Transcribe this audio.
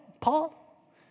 Paul